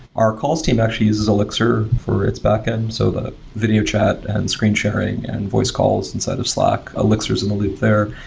our calls team actually uses elixir for its backend. so the video chat and screen sharing and voice calls inside of slack. elixir is in the loop there.